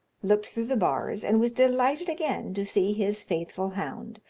looked through the bars, and was delighted again to see his faithful hound,